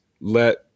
let